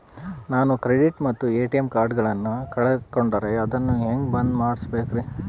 ನಾನು ಕ್ರೆಡಿಟ್ ಮತ್ತ ಎ.ಟಿ.ಎಂ ಕಾರ್ಡಗಳನ್ನು ಕಳಕೊಂಡರೆ ಅದನ್ನು ಹೆಂಗೆ ಬಂದ್ ಮಾಡಿಸಬೇಕ್ರಿ?